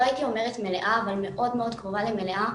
לא הייתי אומרת מלאה אבל מאוד מאוד קרובה למלאה,